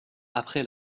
après